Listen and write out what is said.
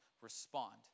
respond